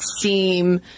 seem